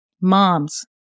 moms